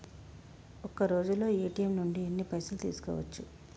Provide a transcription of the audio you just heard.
ఒక్కరోజులో ఏ.టి.ఎమ్ నుంచి ఎన్ని పైసలు తీసుకోవచ్చు?